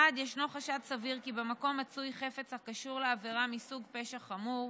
1. יש חשד סביר כי במקום מצוי חפץ הקשור לעבירה מסוג פשע חמור,